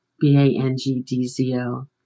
B-A-N-G-D-Z-O